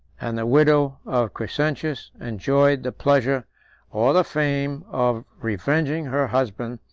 and the widow of crescentius enjoyed the pleasure or the fame of revenging her husband,